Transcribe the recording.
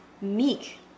meek